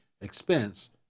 expense